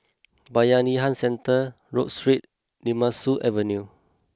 Bayanihan Centre Rodyk Street Nemesu Avenue